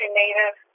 native